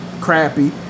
crappy